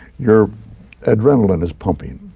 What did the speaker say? your adrenaline is pumping.